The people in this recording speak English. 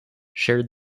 shared